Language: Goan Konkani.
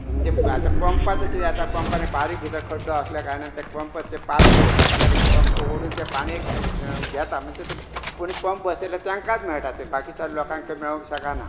म्हणजे आतां पंपाचो कितें जाता पंपान बारीक भितर खड्डो आसल्या कारणान ते पंपाचे पाख भितर घात्यान पंप ओडून ते पाणयेक घेता कोणी पंप बसयलो तेंकाच मेळटा तें बाकिच्या लोकांक मेळोंक शकाना